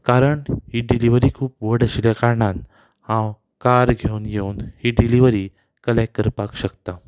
कारण ही डिलिव्हरी खूब व्हड आशिल्ल्या कारणान हांव कार घेवन येवन ही डिलिव्हरी कलेक्ट करपाक शकतां